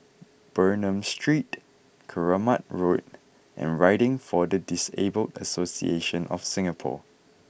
Bernam Street Keramat Road and Riding for the Disabled Association of Singapore